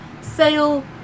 Sale